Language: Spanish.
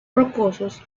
rocosos